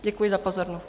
Děkuji za pozornost.